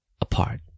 apart